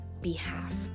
behalf